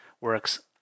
works